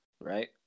right